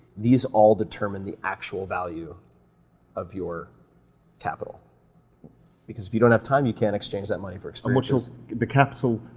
these all determine the actual value of your capital because if you don't have time, you can't exchange that money for and what's your the capital.